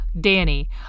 Danny